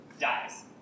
dies